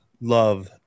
love